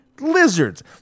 lizards